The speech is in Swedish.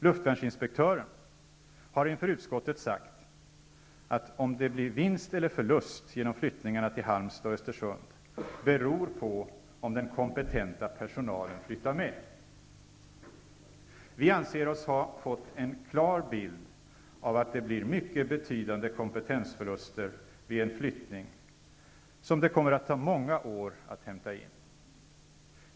Luftvärnsinspektören har inför utskottet sagt att om det blir vinst eller förlust genom flyttningarna till Halmstad och Östersund beror på om den kompetenta personalen flyttar med. Vi anser oss ha fått en klart bild av att det blir mycket betydande kompetensförluster vid en flyttning som det kommer att ta många år att hämta in.